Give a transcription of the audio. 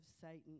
Satan